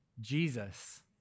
Jesus